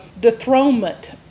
dethronement